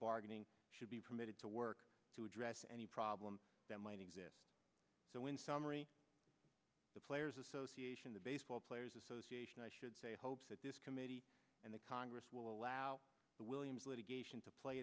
bargaining should be permitted to work to address any problem that might exist so in summary the players association the baseball players association i should say hopes that this committee and the congress will allow the williams litigation to play